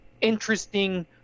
interesting